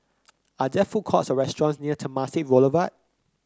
are there food courts or restaurants near Temasek Boulevard